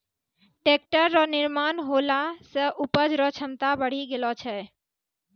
tractor रो निर्माण होला से उपज रो क्षमता बड़ी गेलो छै